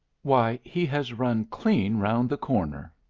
why, he has run clean round the corner.